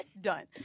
done